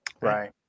right